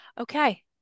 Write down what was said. Okay